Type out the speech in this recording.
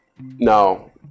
No